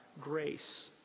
grace